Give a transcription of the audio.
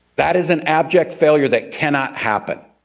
that is an abject failure that cannot happen.